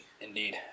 Indeed